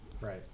Right